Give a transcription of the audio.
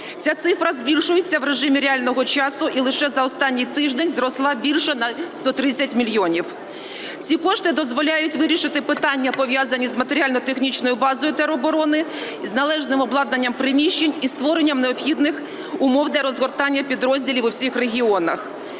Ця цифра збільшується в режимі реального часу і лише за останній тиждень зросла більше на 130 мільйонів. Ці кошти дозволяють вирішити питання, пов'язані з матеріально-технічною базою тероборони, належним обладнанням приміщень і створенням необхідних умов для розгортання підрозділів в усіх регіонах.